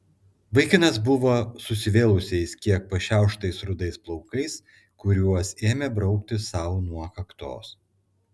vaikinas buvo susivėlusiais kiek pašiauštais rudais plaukais kuriuos ėmė braukti sau nuo kaktos